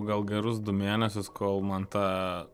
gal gerus du mėnesius kol man tą